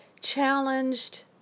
challenged